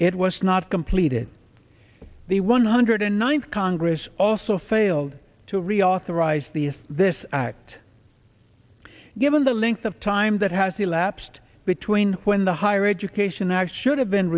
it was not completed the one hundred ninth congress also failed to reauthorize the this act given the length of time that has elapsed between when the higher education act should have been